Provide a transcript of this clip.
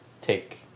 take